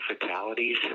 fatalities